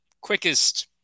quickest –